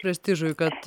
prestižui kad